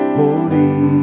holy